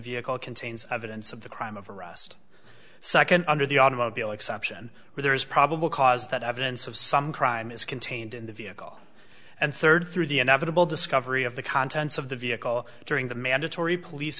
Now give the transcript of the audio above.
vehicle contains of events of the crime of arrest second under the automobile exception where there is probable cause that evidence of some crime is contained in the vehicle and third through the inevitable discovery of the contents of the vehicle during the mandatory police